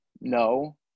No